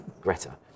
Greta